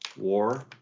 war